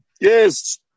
Yes